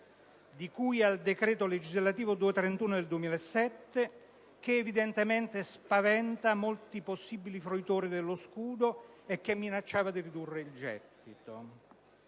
di cui al decreto legislativo n. 231 del 2007, che evidentemente spaventa molti possibili fruitori dello scudo e che minacciava di ridurre il gettito.